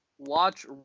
watch